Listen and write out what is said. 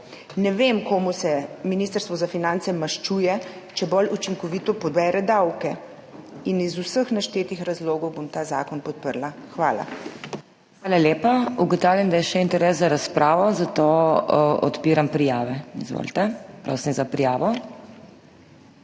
Ne vem, komu se Ministrstvo za finance maščuje, če bolj učinkovito pobere davke. Iz vseh naštetih razlogov bom ta zakon podprla. Hvala. PODPREDSEDNICA MAG. MEIRA HOT: Hvala lepa. Ugotavljam, da je še interes za razpravo, zato odpiram prijave. Izvolite. Prosim za prijavo.